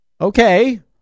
Okay